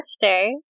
birthday